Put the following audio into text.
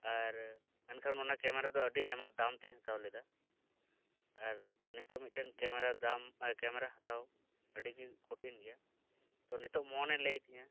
ᱟᱨ ᱮᱱᱠᱷᱟᱱ ᱚᱱᱟ ᱠᱮᱢᱮᱨᱟ ᱫᱚ ᱟᱹᱰᱤ ᱟᱭᱢᱟ ᱫᱟᱢ ᱛᱮᱧ ᱦᱟᱛᱟᱣ ᱞᱮᱫᱟ ᱟᱨ ᱱᱤᱛᱚᱜ ᱢᱤᱫᱴᱮᱱ ᱠᱮᱢᱮᱨᱟ ᱨᱮᱱᱟᱜ ᱫᱟᱢ ᱟᱨ ᱠᱮᱢᱮᱨᱟ ᱦᱟᱛᱟᱣ ᱟᱹᱰᱤᱜᱮ ᱠᱚᱴᱷᱤᱱ ᱜᱮᱭᱟ ᱛᱚ ᱱᱤᱛᱚᱜ ᱢᱚᱱ ᱮ ᱞᱟᱹᱭ ᱮᱫ ᱛᱤᱧᱟᱹ